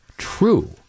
true